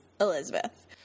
Elizabeth